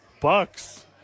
Bucks